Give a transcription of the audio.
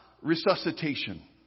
resuscitation